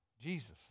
Jesus